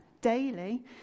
daily